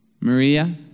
Maria